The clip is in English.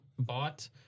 Bought